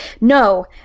No